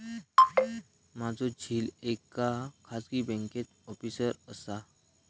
माझो झिल एका खाजगी बँकेत ऑफिसर असा